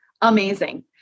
amazing